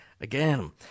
again